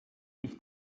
ich